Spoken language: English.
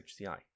HCI